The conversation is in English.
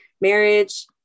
marriage